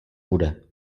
bude